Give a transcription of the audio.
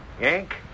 Yank